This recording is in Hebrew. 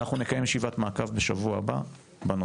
אנחנו נקיים ישיבת מעקב בשבוע הבא בנושא.